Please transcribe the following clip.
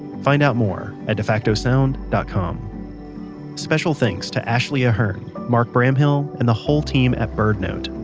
find out more at defacto sound dot com special thanks to ashley ahearn, mark bramhill, and the whole team at birdnote.